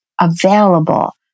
available